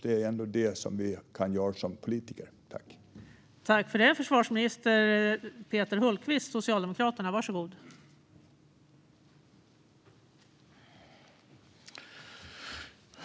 Det är ändå det som vi som politiker kan göra.